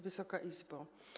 Wysoka Izbo!